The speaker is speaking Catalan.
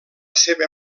seva